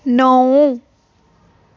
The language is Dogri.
नौ